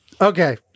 Okay